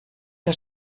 que